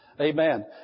Amen